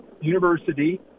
university